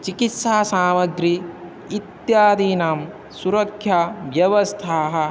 चिकित्सा सामग्री इत्यादीनां सुरक्षाव्यवस्थाः